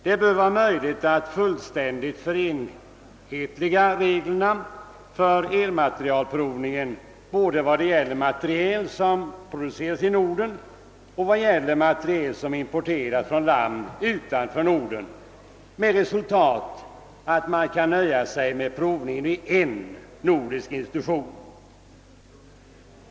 Det bör vara möjligt att fullständigt förenhetliga reglerna för el materielprovningen både vad gäller materiel som produceras i Norden och vad gäller materiel som importeras från land utanför Norden, med resultat att man kan nöja sig med provningen vid en nordisk institution.